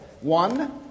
one